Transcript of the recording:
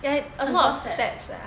很多 steps ah